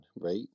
right